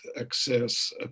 access